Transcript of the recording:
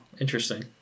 interesting